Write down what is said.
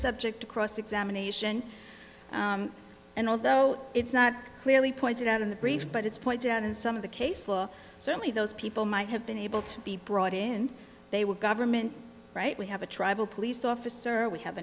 subject to cross examination and although it's not clearly pointed out in the brief but it's pointed out in some of the case certainly those people might have been able to be brought in they were government right we have a tribal police officer we have